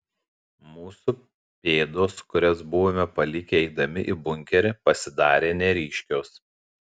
mūsų pėdos kurias buvome palikę eidami į bunkerį pasidarė neryškios